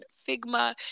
Figma